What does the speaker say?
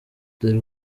dore